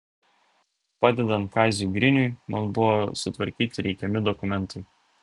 padedant kaziui griniui man buvo sutvarkyti reikiami dokumentai